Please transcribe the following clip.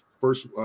first –